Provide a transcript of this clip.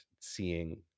seeing